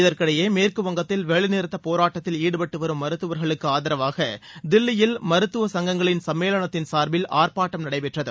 இதற்கிடையே மேற்குவங்கத்தில் வேலைநிறுத்தப் போராட்டத்தில் ஈடுபட்டுவரும் மருத்துவர்களுக்கு ஆதரவாக தில்லியில் மருத்துவ சங்கங்களின் சம்மேளனத்தின் சார்பில் ஆர்ப்பாட்டம் நடைபெற்றது